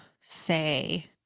say